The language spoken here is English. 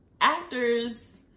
Actors